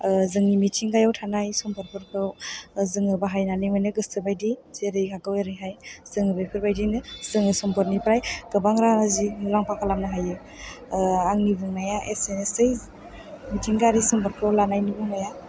ओ जोंनि मिथिंगायाव थानाय सम्फदफोरखौ जों बाहायनानै माने गोसोबायदि जेरै हागौ एरैहाय जों बेफोरबायदिनो जों सम्फदनिफ्राय गोबां रां आरजि मुलाम्फा खालामनो हायो आंनि बुंनाया एसेनोसै मिथिंगायरि सम्फदखौ लानायनि बुंनाया